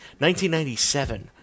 1997